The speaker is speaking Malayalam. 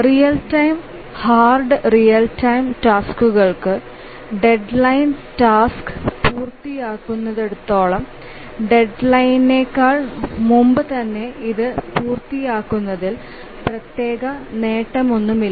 real time hard real time ടാസ്ക്കുകൾക്ക് ഡെഡ് ലൈന് ടാസ്ക് പൂർത്തിയാകുന്നിടത്തോളം ഡെഡ് ലൈന്യേക്കാൾ മുമ്പുതന്നെ ഇത് പൂർത്തിയാക്കുന്നതിൽ പ്രത്യേക നേട്ടമൊന്നുമില്ല